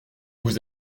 vous